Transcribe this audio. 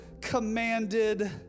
commanded